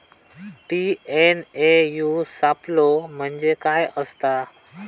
TNAU सापलो म्हणजे काय असतां?